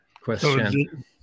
question